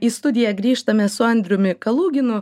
į studiją grįžtame su andriumi kaluginu